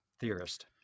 Theorist